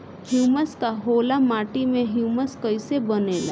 Humus का होला माटी मे ह्यूमस कइसे बनेला?